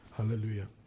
Hallelujah